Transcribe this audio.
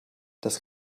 das